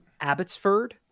Abbotsford